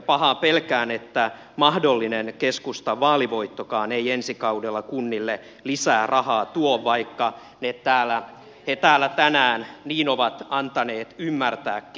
pahaa pelkään että mahdollinen keskustan vaalivoittokaan ei ensi kaudella kunnille lisää rahaa tuo vaikka he täällä tänään niin ovat antaneet ymmärtääkin